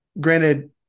granted